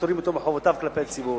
פוטרים אותו מחובותיו כלפי הציבור.